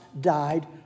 died